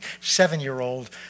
seven-year-old